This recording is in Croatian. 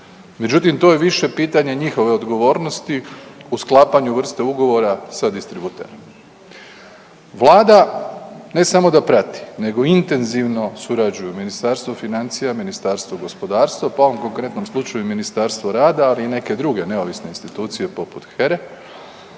Međutim to je više pitanje njihove odgovornosti u sklapanju vrste ugovora sa distributerom. Vlada ne samo da prati nego intenzivno surađuju Ministarstvo financija, Ministarstvo gospodarstva pa u ovom konkretnom slučaju Ministarstvo rada, ali i neke druge neovisne institucije poput HERA-e